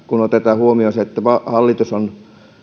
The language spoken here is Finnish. kun otetaan huomioon että hallitus on